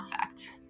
effect